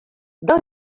del